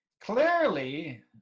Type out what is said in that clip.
Clearly